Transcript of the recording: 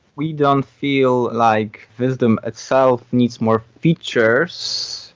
we don't feel like vizdoom itself needs more features,